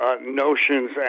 notions